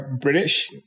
British